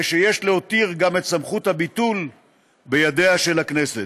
יש להותיר גם את סמכות הביטול בידיה של הכנסת.